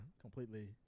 completely